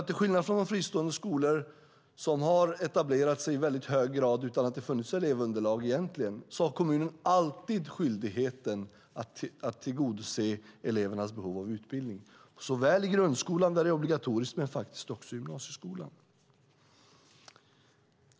Till skillnad från de fristående skolor som i hög grad har etablerat sig utan att det egentligen har funnits elevunderlag har kommunen alltid skyldigheten att tillgodose elevernas behov av utbildning i grundskolan, där det är obligatoriskt, men faktiskt också i gymnasieskolan.